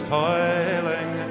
toiling